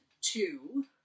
two